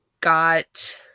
got